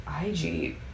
ig